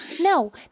No